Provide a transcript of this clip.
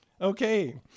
Okay